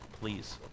please